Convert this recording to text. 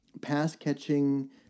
pass-catching